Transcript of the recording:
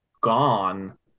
gone